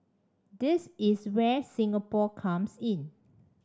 this is where Singapore comes in